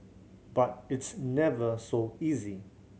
but it's never so easy